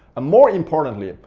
ah more importantly,